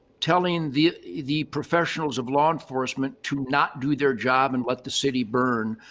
telling the the professionals of law enforcement to not do their job and let the city burn,